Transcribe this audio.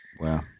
Wow